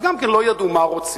אז גם כן לא ידעו מה רוצים.